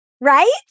right